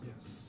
Yes